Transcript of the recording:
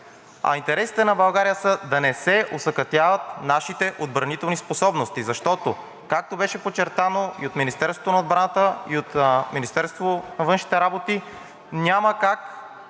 А интересите на България са да не се осакатяват нашите отбранителни способности, защото, както беше подчертано и от Министерството на отбраната, и от Министерството на външните работи, ако